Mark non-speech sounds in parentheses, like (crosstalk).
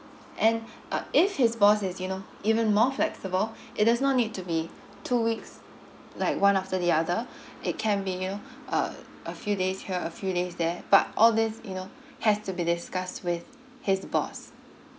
and uh if his boss is you know even more flexible (breath) it does not need to be two weeks like one after the other (breath) it can be you know uh a few days here a few days there but all these you know has to be discussed with his boss